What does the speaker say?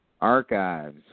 Archives